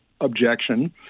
objection